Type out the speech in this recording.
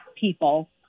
people